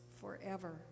forever